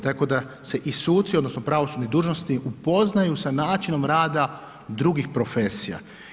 Tako da se i suci, odnosno pravosudni dužnosnici upoznaju sa načinom rada drugih profesija.